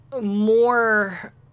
more